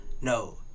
No